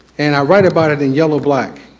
and i write about it in yellow black,